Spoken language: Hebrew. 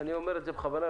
אני אומר את זה כך בכוונה,